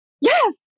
yes